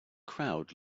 crowd